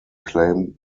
claim